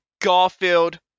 Garfield